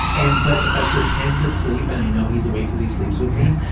and, but if i pretend to sleep and i know he's awake, because he sleeps with me,